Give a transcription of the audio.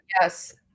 yes